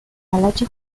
فلج